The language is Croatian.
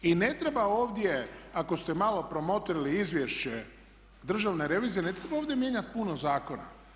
I ne treba ovdje ako ste malo promotrili izvješće Državne revizije, ne treba ovdje mijenjati puno zakona.